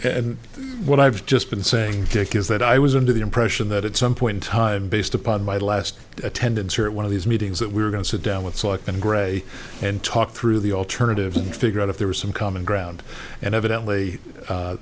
and what i've just been saying is that i was under the impression that at some point in time based upon my last attendance here at one of these meetings that we were going to sit down with select and gray and talk through the alternatives and figure out if there was some common ground and evidently